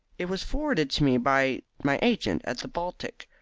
it was forwarded to me by my agent at the baltic.